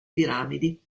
piramidi